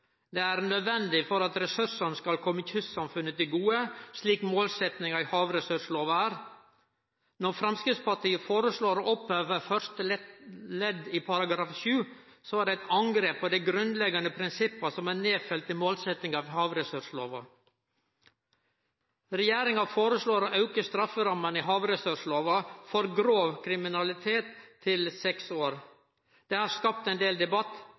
Det er nødvendig for at ressursane skal komme kystsamfunna til gode, slik målsettinga i havressurslova er. Når Framstegspartiet foreslår å oppheve første ledd i § 7, er det eit angrep på dei grunnleggande prinsippa som er nedfelte i målsettinga for havressurslova. Regjeringa foreslår å auke strafferamma i havressurslova for grov kriminalitet til seks år. Det har skapt ein del debatt.